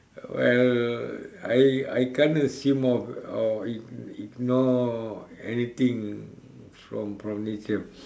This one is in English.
well I I can't uh see more of or ig~ ignore anything from from this year